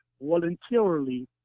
voluntarily